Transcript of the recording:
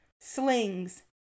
slings